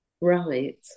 right